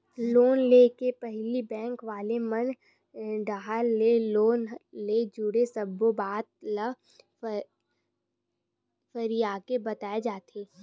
loan ले के पहिली बेंक वाले मन डाहर ले लोन ले जुड़े सब्बो बात ल फरियाके बताए जाथे